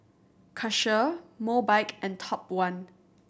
Karcher Mobike and Top One